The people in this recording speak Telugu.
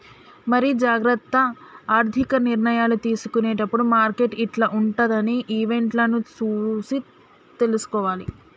మరి జాగ్రత్త ఆర్థిక నిర్ణయాలు తీసుకునేటప్పుడు మార్కెట్ యిట్ల ఉంటదని ఈవెంట్లను చూసి తీసుకోవాలి